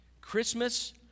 Christmas